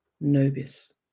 Nobis